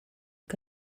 que